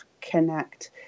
connect